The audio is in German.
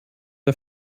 der